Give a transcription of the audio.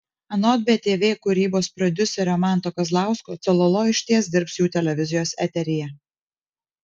anot btv kūrybos prodiuserio manto kazlausko cololo išties dirbs jų televizijos eteryje